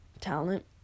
talent